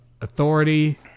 Authority